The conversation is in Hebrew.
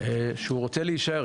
שהוא רוצה להישאר.